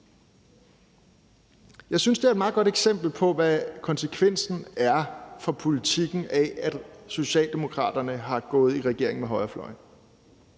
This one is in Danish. Jeg synes, det er et meget godt eksempel på, hvad konsekvensen for politikken er af, at Socialdemokraterne er gået i regering med højrefløjen.